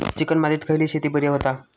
Chicken मातीत खयली शेती बरी होता?